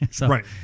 Right